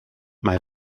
mae